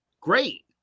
Great